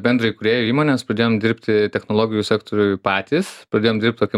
bendraįkūrėju įmonės pradėjom dirbti technologijų sektoriuj patys pradėjom dirbt tokiam